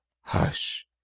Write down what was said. hush